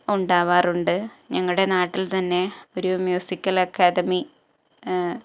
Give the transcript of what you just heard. ഉണ്ടാവാറുണ്ട് ഞങ്ങളുടെ നാട്ടിൽ തന്നെ ഒരു മ്യൂസിക്ക്യൽ അക്കാദമി